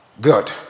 Good